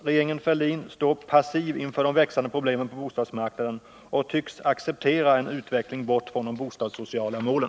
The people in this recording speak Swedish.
Regeringen Fälldin står passiv inför de växande problemen på bostadsmarknaden och tycks acceptera en utveckling bort från de bostadssociala målen.